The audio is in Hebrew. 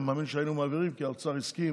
אני מאמין שהיינו מעבירים כי האוצר הסכים.